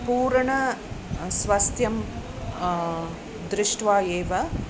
पूर्णं स्वास्थ्यं दृष्ट्वा एव